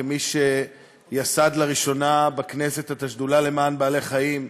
כמי שיסד לראשונה בכנסת את השדולה למען בעלי חיים,